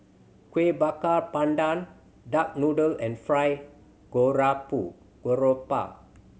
Kuih Bakar Pandan duck noodle and fried garoupa